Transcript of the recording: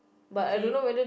okay